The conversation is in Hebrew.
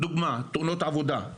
לדוגמה: תאונות עבודה.